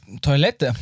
Toilette